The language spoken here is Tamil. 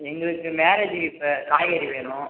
எங்களுக்கு மேரேஜ் இப்போ காய்கறி வேணும்